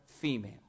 female